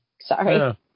Sorry